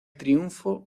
triunfo